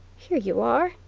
here you are,